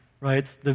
Right